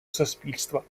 суспільства